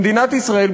במדינת ישראל,